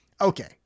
okay